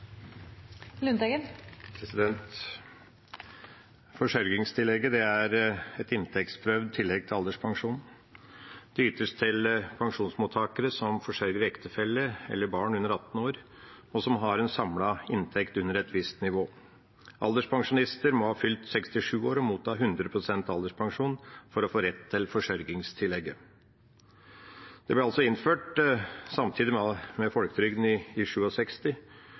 et inntektsprøvd tillegg til alderspensjonen. Det ytes til pensjonsmottakere som forsørger ektefelle eller barn under 18 år, og som har en samlet inntekt under et visst nivå. Alderspensjonister må ha fylt 67 år og motta 100 pst. alderspensjon for å få rett til forsørgingstillegget. Det ble innført samtidig med folketrygden i 1967. Utmåling av ytelsen ble med